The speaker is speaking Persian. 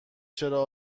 چرا